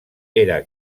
era